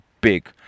big